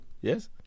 Yes